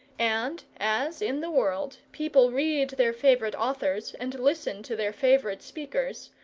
and as, in the world, people read their favourite authors, and listen to their favourite speakers,